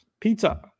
pizza